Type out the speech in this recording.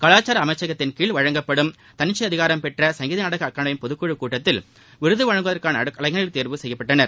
கலாச்சார அமைச்சகத்தின்கீழ் செயல்படும் தன்னிச்சை அதிகாரம் பெற்ற சங்கீத நாடக அகாடமியின் பொதுக்குழு கூட்டத்தில் விருது வழங்குவதற்கான கலைஞர்கள் தெரிவு செய்யப்பட்டனர்